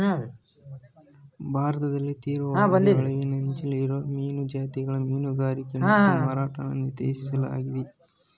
ಭಾರತದಲ್ಲಿ ತೀವ್ರವಾಗಿ ಅಳಿವಿನಂಚಲ್ಲಿರೋ ಮೀನು ಜಾತಿಗಳ ಮೀನುಗಾರಿಕೆ ಮತ್ತು ಮಾರಾಟನ ನಿಷೇಧಿಸ್ಲಾಗಯ್ತೆ